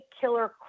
killer